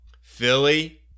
Philly